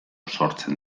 sortzen